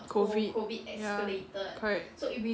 COVID ya correct